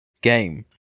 game